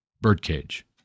birdcage